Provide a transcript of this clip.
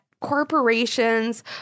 corporations